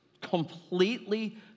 completely